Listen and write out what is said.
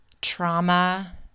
trauma